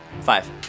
Five